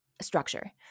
structure